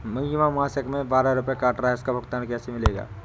बीमा मासिक में बारह रुपय काट रहा है इसका भुगतान कैसे मिलेगा?